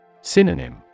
Synonym